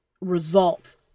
result